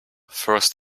first